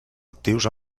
actius